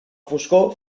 foscor